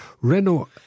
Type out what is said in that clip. Renault